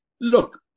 Look